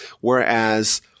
whereas